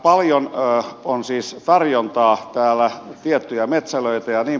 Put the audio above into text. paljon on siis tarjontaa täällä tiettyjä metsälöitä jnp